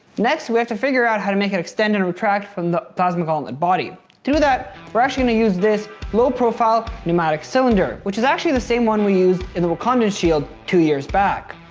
next we have to figure out how to make it extend and retract from the plasma gauntlet body. to do that we're actually gonna use this low-profile pneumatic cylinder which is actually the same one we used in the wakandan shield two years back.